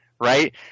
right